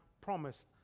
promised